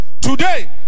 Today